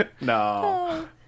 No